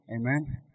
Amen